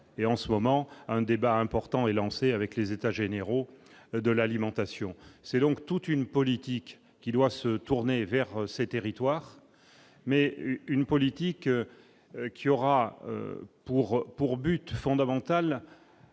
et en ce moment un débat important et lancée avec les états généraux de l'alimentation, c'est donc toute une politique qui doit se tourner vers ces territoires mais une politique qui aura pour pour but fondamental